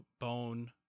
bone